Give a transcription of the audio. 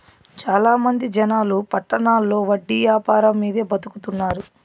చాలా మంది జనాలు పట్టణాల్లో వడ్డీ యాపారం మీదే బతుకుతున్నారు